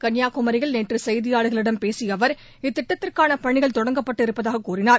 கன்னியாகுமரியில் நேற்று செய்தியாளர்களிடம் பேசிய அவர் இத்திட்டத்திற்கான பணிகள் தொடங்கப்பட்டு இருப்பதாக கூறினார்